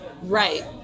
Right